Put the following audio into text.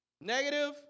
negative